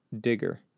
Digger